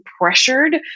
pressured